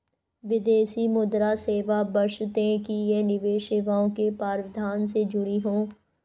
विदेशी मुद्रा सेवा बशर्ते कि ये निवेश सेवाओं के प्रावधान से जुड़ी हों